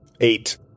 Eight